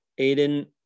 Aiden